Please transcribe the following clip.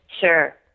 Sure